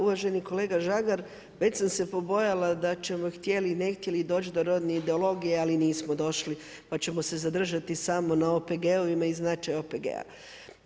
Uvaženi kolega Žagar, već sam se pobojala da ćemo htjeli – ne htjeli doći do rodne ideologije, ali nismo došli, pa ćemo se zadržati samo na OPG-ovima i značaj OPG-a.